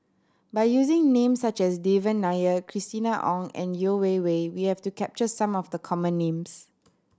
by using names such as Devan Nair Christina Ong and Yeo Wei Wei we hope to capture some of the common names